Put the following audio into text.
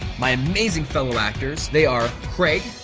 my amazing fellow actors. they are craig,